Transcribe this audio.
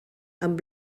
amb